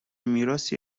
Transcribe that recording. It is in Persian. میراثی